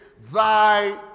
Thy